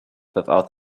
without